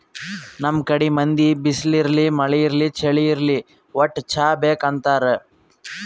ನಮ್ ಕಡಿ ಮಂದಿ ಬಿಸ್ಲ್ ಇರ್ಲಿ ಮಳಿ ಇರ್ಲಿ ಚಳಿ ಇರ್ಲಿ ವಟ್ಟ್ ಚಾ ಬೇಕ್ ಅಂತಾರ್